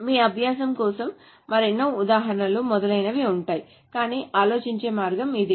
మీ అభ్యాసం కోసం మరెన్నో ఉదాహరణలు మొదలైనవి ఉంటాయి కానీ ఆలోచించే మార్గం ఇదే